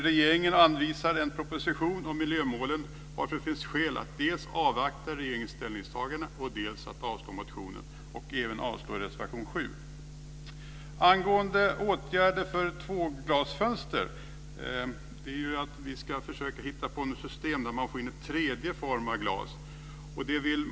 Regeringen har aviserat en proposition om miljömålen, varför det finns skäl att dels avvakta regeringens ställningstagande, dels avstyrka motionen och även reservation 7. Vi ska försöka hitta att system att få in någon form av tredje glas.